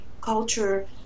culture